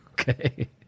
Okay